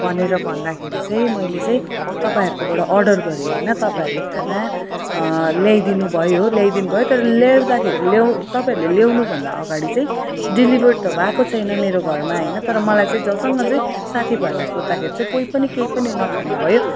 भनेर भन्दाखेरि चाहिँ मैले चाहिँ तपाईँहरूकोबाट अर्डर गरेँ होइन तपाईँहरूले खाना ल्याइदिनुभयो ल्याइदिनुभयो तर ल्याउँदाखेरि लेउ तपाईँहरूले ल्याउनुभन्दा अगाडि चाहिँ डेलिभर्ड त भएको छैन मेरो घरमा होइन तर मलाई झसङ्ग चाहिँ साथी भाइहरूलाई सोद्धाखेरि चाहिँ कोही पनि केही पनि नखाने भयो